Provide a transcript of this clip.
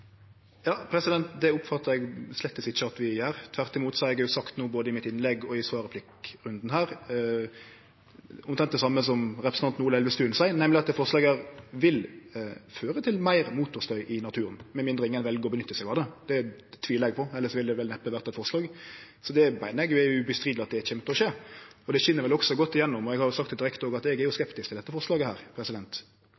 Det oppfattar eg slett ikkje at vi gjer. Tvert imot har eg sagt i innlegget mitt og i svarreplikkrunden omtrent det same som representanten Ola Elvestuen seier, nemleg at dette forslaget vil føre til meir motorstøy i naturen – med mindre ingen vel å nytte seg av det. Det tvilar eg på, elles ville det vel neppe ha vore eit forslag. Det meiner eg det ikkje er tvil om at kjem til å skje. Det skin vel også godt igjennom, og eg har sagt det direkte også, at eg er